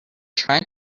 trying